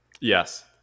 Yes